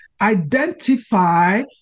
identify